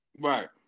Right